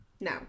no